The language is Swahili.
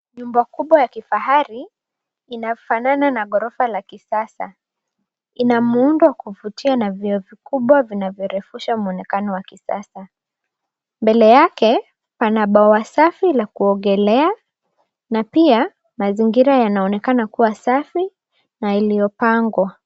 Nyumba kubwa ya kifahari inafanana na ghorofa ya kisasa. Ina muundo wa kuvutia, na vioo vikubwa vinavyorefusha mwonekano wa kisasa. Mbele yake pana bara safi la kuogelea na pia mazingira yanaonekana kuwa safi na yaliyopangwa.